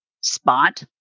spot